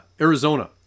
Arizona